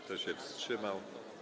Kto się wstrzymał?